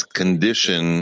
condition